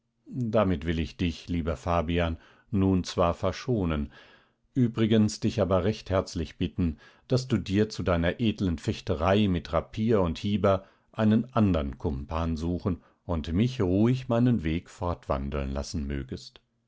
damit will ich dich lieber fabian nun zwar verschonen übrigens dich aber recht herzlich bitten daß du dir zu deiner edlen fechterei mit rapier und hieber einen andern kumpan suchen und mich ruhig meinen weg fortwandeln lassen mögest